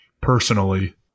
personally –